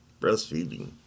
Breastfeeding